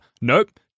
nope